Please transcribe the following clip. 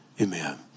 Amen